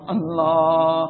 Allah